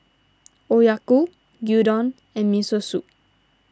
Oyaku Gyudon and Miso Soup